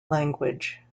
language